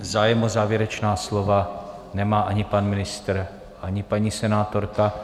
Zájem o závěrečná slova nemá ani pan ministr, ani paní senátorka.